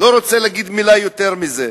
אני לא רוצה לומר מלה שהיא יותר מזה.